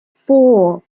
four